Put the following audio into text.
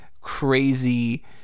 crazy